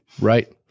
Right